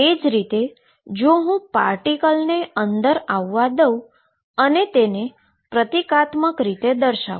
તે જ રીતે જો હું પાર્ટીકલને અંદર આવવા દઉ અને તેને પ્રતિકાત્મક રીતે દર્શાવું